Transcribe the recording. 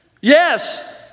yes